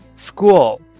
School